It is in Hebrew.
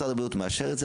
משרד הבריאות מאשר את זה,